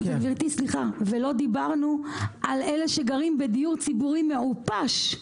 ולא דיברנו על אלה שגרים בדיור ציבורי מעופש,